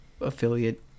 affiliate